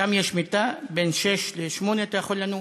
שם יש מיטה, בין 18:00 ל-20:00 אתה יכול לנוח.